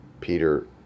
Peter